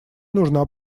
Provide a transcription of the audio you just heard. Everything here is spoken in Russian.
нужна